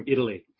Italy